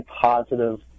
positive